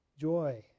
joy